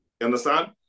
understand